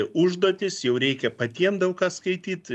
užduotys jau reikia patiem daug ką skaityt